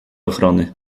ochrony